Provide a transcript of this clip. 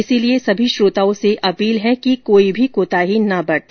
इसलिए सभी श्रोताओं से अपील है कि कोई भी कोताही न बरते